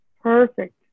Perfect